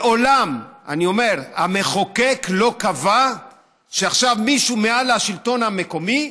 מעולם המחוקק לא קבע שמישהו מעל השלטון המקומי,